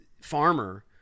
farmer